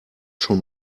schon